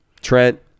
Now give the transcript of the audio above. Trent